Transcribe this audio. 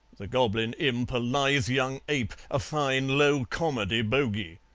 the goblin imp, a lithe young ape, a fine low-comedy bogy.